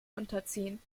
unterziehen